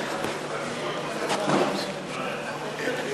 מודה לךְ.